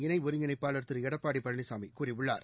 இணைஒருங்கிணைப்பாளர் திருஎடப்பாடிபழனிசாமிகூறியுள்ளார்